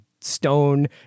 stone